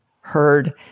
heard